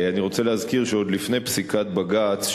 אני רוצה להזכיר שעוד לפני פסיקת בג"ץ,